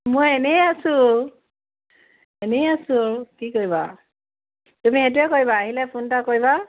মই এনেই আছোঁ এনেই আছোঁ কি কৰিবা আৰু তুমি এইটোৱে কৰিবা আহিলে ফোন এটা কৰিবা